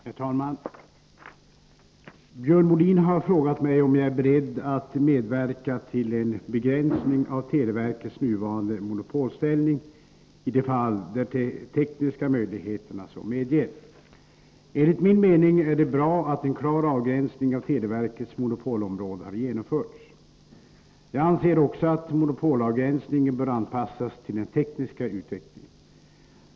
Herr talman! Björn Molin har frågat mig om jag är beredd att medverka till en begränsning av televerkets nuvarande monopolställning i de fall där de tekniska möjligheterna så medger. Enligt min mening är det bra att en klar avgränsning av televerkets monopolområde har genomförts. Jag anser också att monopolavgränsningen bör anpassas till den tekniska utvecklingen.